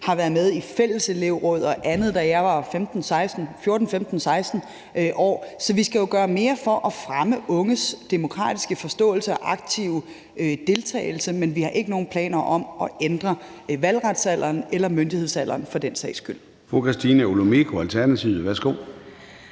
har været med i fælles elevråd og andet, da jeg var 14, 15, 16 år. Så vi skal jo gøre mere for at fremme unges demokratiske forståelse og aktive deltagelse, men vi har ikke nogen planer om at ændre valgretsalderen eller myndighedsalderen for den sags skyld. Kl. 14:13 Formanden (Søren